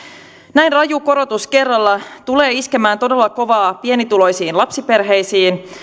näin raju korotus kerralla tulee iskemään todella kovaa pienituloisiin lapsiperheisiin